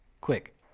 Quick